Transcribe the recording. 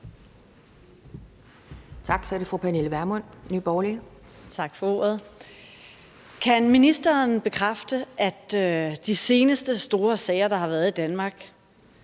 Kan ministeren bekræfte, at i de seneste store sager, der har været i Danmark